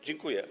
Dziękuję.